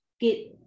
get